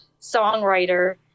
songwriter